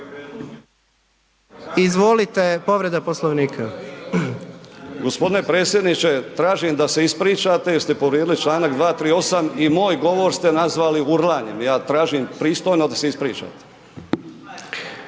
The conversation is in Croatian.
(Promijenimo Hrvatsku)** G. predsjedniče, tražim da se ispričate jer ste povrijedili čl. 238. i moj govor ste nazvali urlanjem, ja tražim pristojno da se ispričate.